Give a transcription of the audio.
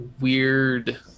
weird